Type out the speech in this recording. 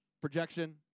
projection